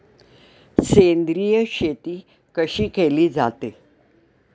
सेंद्रिय शेती कशी केली जाते?